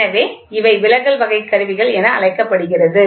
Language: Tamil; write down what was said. எனவே இவை விலகல் வகை கருவிகள் என அழைக்கப்படுகிறது